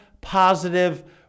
positive